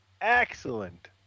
excellent